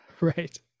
right